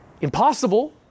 impossible